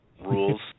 rules